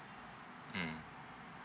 mm